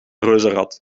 reuzenrad